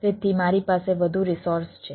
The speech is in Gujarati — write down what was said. તેથી મારી પાસે વધુ રિસોર્સ છે